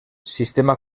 sistema